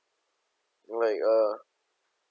like uh